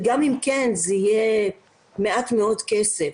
וגם אם כן, זה יהיה מעט מאוד כסף.